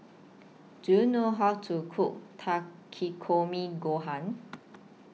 Do YOU know How to Cook Takikomi Gohan